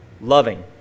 loving